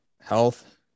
health